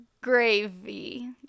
Gravy